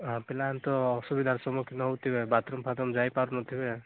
ଆ ପିଲାମାନେ ତ ଅସୁବିଧାର ସମ୍ମୁଖୀନ ହେଉଥିବେ ବାଥ୍ରୁମ୍ ଫାଥରୁମ୍ ଯାଇପାରୁ ନଥିବେ